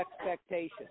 expectations